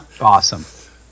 awesome